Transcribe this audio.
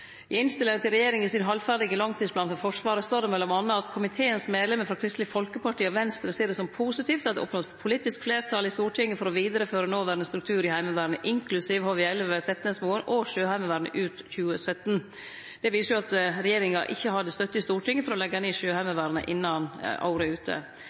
I innstillinga til regjeringa sin halvferdige langtidsplan for Forsvaret står det m.a.: «Komiteens medlemmer fra Kristelig Folkeparti og Venstre noterer som positivt at det er oppnådd politisk flertall i Stortinget for å videreføre nåværende struktur i Heimevernet, inklusive HV-11/Setnesmoen og Sjøheimevernet ut 2017.» Det viser at regjeringa ikkje hadde støtte i Stortinget for å leggje ned Sjøheimevernet innan året er ute.